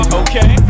okay